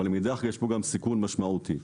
מאידך, יש כאן גם סיכון משמעותי.